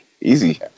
easy